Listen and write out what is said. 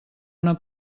una